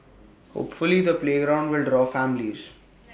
hopefully the playground will draw families